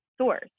source